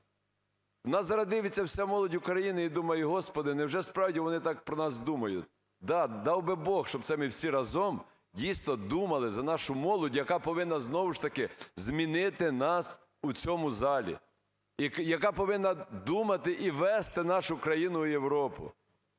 Нас зараз дивиться вся молодь України і думає: "Господи, невже, справді, вони так про нас думають?" Да, дав би Бог, щоб це ми всі разом дійсно думали за нашу молодь, яка повинна знову ж таки змінити нас в цьому залі, яка повинна думати і вести нашу країну в Європу.